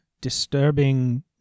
Disturbing